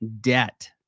debt